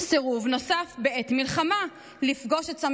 סירוב נוסף בעת מלחמה לפגוש את צמרת